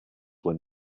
were